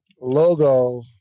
logo